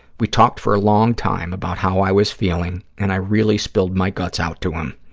we talked for a long time about how i was feeling, and i really spilled my guts out to him.